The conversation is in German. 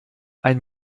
ein